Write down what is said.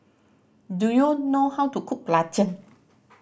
do you know how to cook belacan